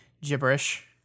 gibberish